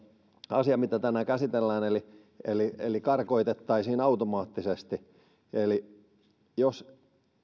asiaan mitä tänään käsitellään eli siihen että karkotettaisiin automaattisesti jos